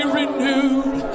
renewed